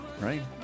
right